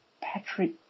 Patrick